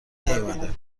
نیومده